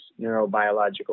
neurobiological